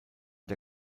der